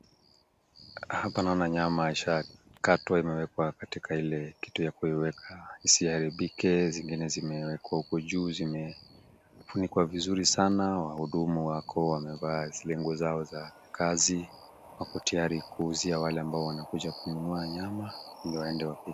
Hapa naona nyama ishakatwa imewekwa katika ile kitu ya kuiweka isiharibike, zingine zimewekwa huko juu zimefunikwa vizuri sana. Wahudumu wako wamevaa zile nguo zao za kazi, wako [cs[tiyari kuuzia wale ambao wanakuja kununua nyama ndo waende wapike.